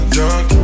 Drunk